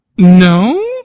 No